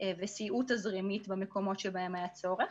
וסייעו תזרמית במקומות שבהם היה צורך.